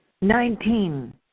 Nineteen